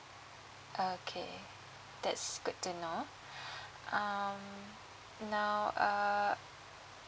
okay that's good to know um now err